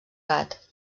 gat